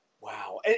Wow